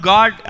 God